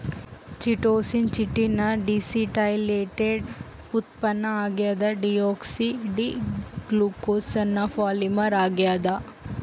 chitosan chitin ನ deacetylated ಉತ್ಪನ್ನ ಆಗ್ಯದ ಡಿಯೋಕ್ಸಿ ಡಿ ಗ್ಲೂಕೋಸ್ನ ಪಾಲಿಮರ್ ಆಗ್ಯಾದ